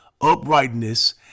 uprightness